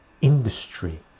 industry